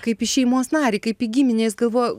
kaip į šeimos narį kaip į giminę jis galvoja